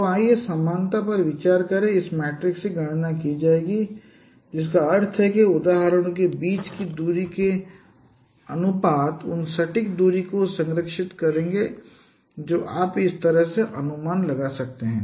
तो आइए समानता पर विचार करें इस मैट्रिक्स की गणना की जाएगी जिसका अर्थ है कि उदाहरणों के बीच की दूरी के अनुपात उन सटीक दूरी को संरक्षित करेंगे जो आप इस तरह से अनुमान लगा सकते हैं